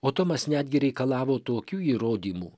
o tomas netgi reikalavo tokių įrodymų